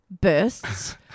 bursts